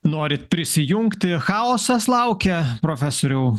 norit prisijungti chaosas laukia profesoriau